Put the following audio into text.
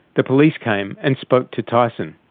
the police came and spoke to tyson.